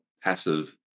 passive